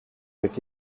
avec